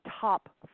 top